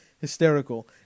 hysterical